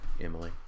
Emily